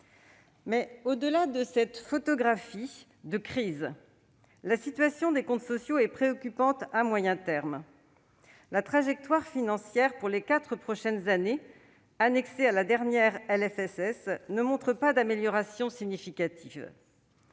au-delà de cette photographie de crise, la situation des comptes sociaux est préoccupante à moyen terme. La trajectoire financière pour les quatre prochaines années, annexée à la dernière loi de financement de la sécurité